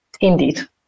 Indeed